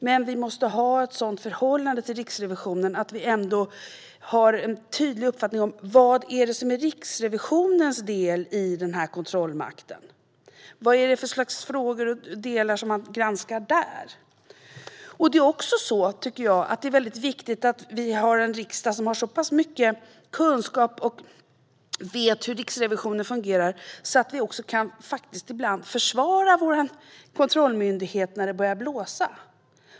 Men vi måste ha ett sådant förhållande till Riksrevisionen att vi har en tydlig uppfattning om Riksrevisionens del i kontrollmakten. Vi ska veta vilken sorts frågor och vilka delar man granskar där. Det är också viktigt att vi har en riksdag som har så pass stor kunskap om hur Riksrevisionen fungerar att vi kan försvara vår kontrollmyndighet när det börjar blåsa.